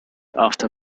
after